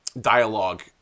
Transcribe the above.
dialogue